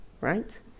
right